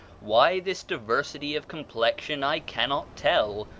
why this diversity of complexion i cannot tell,